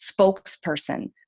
spokesperson